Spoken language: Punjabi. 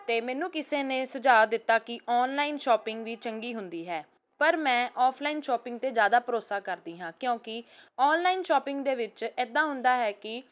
ਅਤੇ ਮੈਨੂੰ ਕਿਸੇ ਨੇ ਸੁਝਾਅ ਦਿੱਤਾ ਕਿ ਆਨਲਾਈਨ ਸ਼ਾਪਿੰਗ ਵੀ ਚੰਗੀ ਹੁੰਦੀ ਹੈ ਪਰ ਮੈਂ ਆਫਲਾਈਨ ਸ਼ੋਪਿੰਗ 'ਤੇ ਜ਼ਿਆਦਾ ਭਰੋਸਾ ਕਰਦੀ ਹਾਂ ਕਿਉਂਕਿ ਆਨਲਾਈਨ ਸ਼ਾਪਿੰਗ ਦੇ ਵਿੱਚ ਇੱਦਾਂ ਹੁੰਦਾ ਹੈ ਕਿ